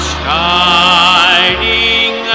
shining